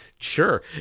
Sure